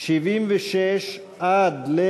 76 85,